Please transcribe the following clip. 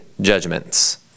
judgments